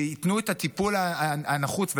שייתנו את הטיפול הנחוץ,